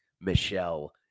Michelle